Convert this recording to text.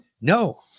No